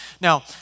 Now